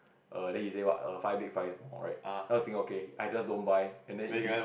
err then he said what five big five small right then I was think okay either don't buy and then if he